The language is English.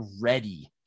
ready